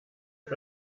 für